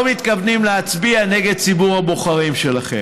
מתכוונים להצביע נגד ציבור הבוחרים שלכם,